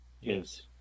Yes